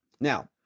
Now